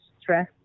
stress